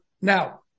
Now